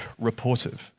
Reportive